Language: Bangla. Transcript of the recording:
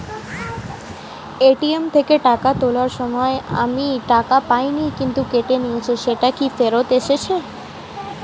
এ.টি.এম থেকে টাকা তোলার সময় আমি টাকা পাইনি কিন্তু কেটে নিয়েছে সেটা কি ফেরত এসেছে?